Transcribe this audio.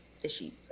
fishy